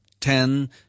ten